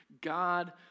God